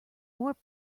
more